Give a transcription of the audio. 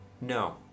No